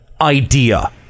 idea